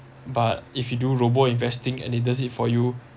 but if you do robo investing and he does it for you